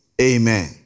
Amen